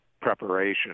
preparation